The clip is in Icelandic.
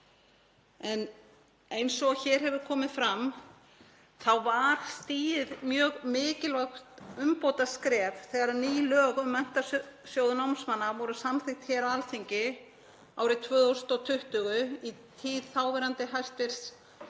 Eins og hér hefur komið fram var stigið mjög mikilvægt umbótaskref þegar ný lög um Menntasjóð námsmanna voru samþykkt hér á Alþingi árið 2020 í tíð þáverandi hæstv.